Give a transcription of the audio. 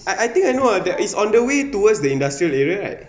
I I think I know ah it's on the way towards the industrial area right